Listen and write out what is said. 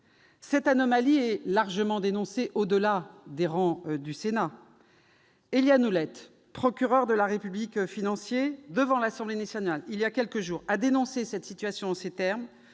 Cette anomalie est largement dénoncée, au-delà des travées du Sénat. Ainsi Éliane Houlette, procureur de la République financier, devant l'Assemblée nationale voilà quelques jours, a dénoncé la situation en ces termes